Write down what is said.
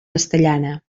castellana